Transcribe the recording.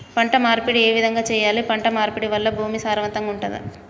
పంట మార్పిడి ఏ విధంగా చెయ్యాలి? పంట మార్పిడి వల్ల భూమి సారవంతంగా ఉంటదా?